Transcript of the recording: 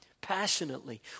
passionately